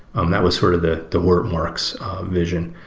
um that was sort of the the hortonworks vision,